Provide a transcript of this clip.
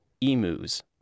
Emus